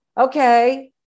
Okay